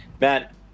Matt